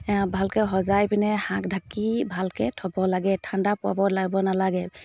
ভালকৈ সজাই পিনে শাক ঢাকি ভালকৈ থ'ব লাগে ঠাণ্ডা পোৱাব লাগিব নালাগে